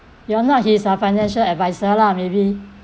you are not his uh financial adviser lah maybe